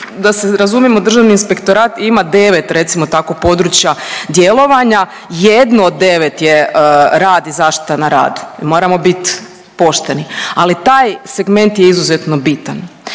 da se razumijemo Državni inspektorat ima 9 recimo tako područja djelovanja, jedno od 9 je rad i zaštita na radu. I moramo biti pošteni, ali taj segment je izuzetno bitan.